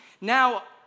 Now